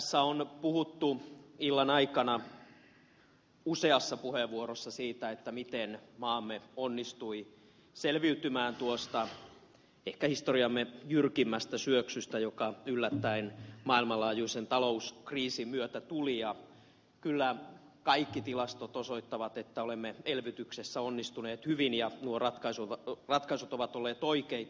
tässä on puhuttu illan aikana useassa puheenvuorossa siitä miten maamme onnistui selviytymään tuosta ehkä historiamme jyrkimmästä syöksystä joka yllättäen maailmanlaajuisen talouskriisin myötä tuli ja kyllä kaikki tilastot osoittavat että olemme elvytyksessä onnistuneet hyvin ja nuo ratkaisut ovat olleet oikeita